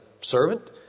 servant